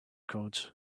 codes